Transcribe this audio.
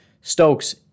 Stokes